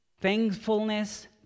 thankfulness